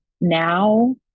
now